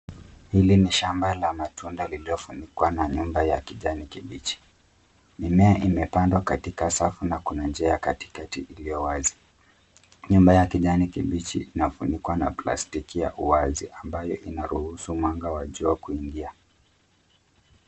Hili ni shamba la matunda lililofunikwa na nyumba ya kijani kibichi. Mimea imepandwa katika safu na kuna njia ya katikati iliyo wazi. Nyumba ya kijani kibichi imefunikwa na plastiki ya uwazi ambayo inaruhusu mwanga wa jua kuingia.